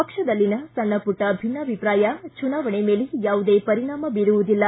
ಪಕ್ಷದಲ್ಲಿನ ಸಣ್ಣ ಪುಟ್ಟ ಭಿನ್ನಾಭಿಪ್ರಾಯ ಚುನಾವಣೆ ಮೇಲೆ ಯಾವುದೇ ಪರಿಣಾಮ ಬೀರುವುದಿಲ್ಲ